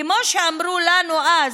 כמו שאמרו לנו אז,